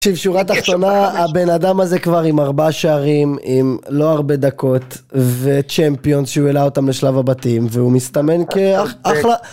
תקשיב, שורת תחתונה הבן אדם הזה כבר עם ארבעה שערים, עם לא הרבה דקות וצ'מפיון שהוא העלה אותם לשלב הבתים והוא מסתמן כאחלה